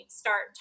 start